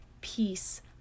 peace